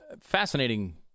fascinating